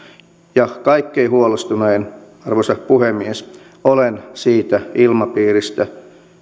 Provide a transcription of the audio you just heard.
ja kaikkein huolestunein arvoisa puhemies olen siitä ilmapiiristä